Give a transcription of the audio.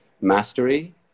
mastery